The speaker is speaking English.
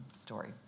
story